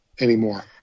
anymore